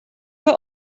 were